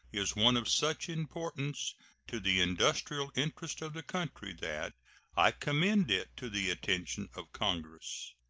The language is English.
is one of such importance to the industrial interests of the country that i commend it to the attention of congress.